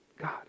God